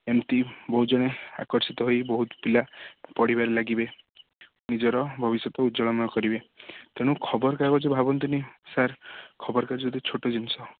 ଏମିତି ବହୁତ ଜଣେ ଆକର୍ଷିତ ହୋଇ ବହୁତ ପିଲା ପଢ଼ିବାରେ ଲାଗିବେ ନିଜର ଭବିଷ୍ୟତ ଉଜ୍ଜଳମୟ କରିବେ ତେଣୁ ଖବର କାଗଜ ଭାବନ୍ତୁନି ସାର୍ ଖବର କାଗଜ ଏତେ ଛୋଟ ଜିନିଷ